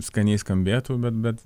skaniai skambėtų bet bet